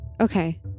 Okay